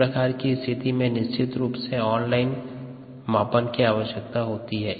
इस प्रकार की स्थिति में निश्चित रूप से ऑन लाइन मापन की आवश्यकता होती है